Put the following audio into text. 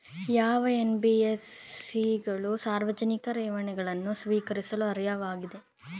ಯಾವ ಎನ್.ಬಿ.ಎಫ್.ಸಿ ಗಳು ಸಾರ್ವಜನಿಕ ಠೇವಣಿಗಳನ್ನು ಸ್ವೀಕರಿಸಲು ಅರ್ಹವಾಗಿವೆ?